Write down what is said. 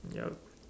yup